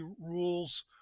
rules